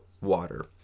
water